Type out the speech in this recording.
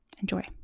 Enjoy